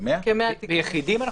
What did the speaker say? ביחידים.